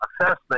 assessment